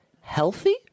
healthy